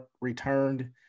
returned